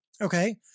Okay